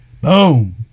boom